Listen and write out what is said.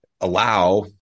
allow